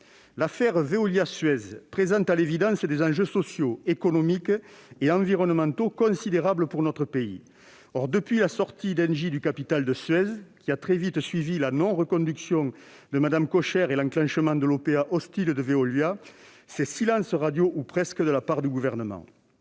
L'affaire Veolia-Suez soulève à l'évidence des enjeux sociaux, économiques et environnementaux considérables pour notre pays. Or, depuis la sortie d'Engie du capital de Suez, qui a très vite suivi la non-reconduction de Mme Kocher et l'enclenchement de l'OPA hostile de Veolia, nous constatons un silence radio, ou presque, de la part du Gouvernement.